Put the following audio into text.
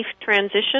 transition